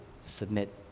submit